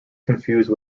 confused